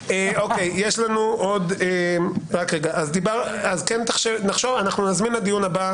09:00. נזמין לדיון הבא